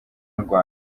rwanda